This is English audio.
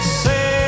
say